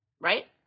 right